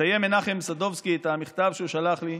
מסיים מנחם סדובסקי את המכתב שהוא שלח לי: